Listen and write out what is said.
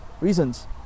reasons